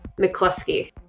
McCluskey